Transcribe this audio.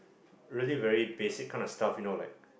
really very basic kind of stuff you know like